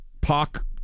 pock